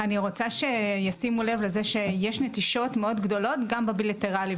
אני רוצה שישימו לב לזה שיש נטישות מאוד גדולות גם בבילטרלי.